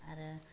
आरो